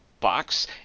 box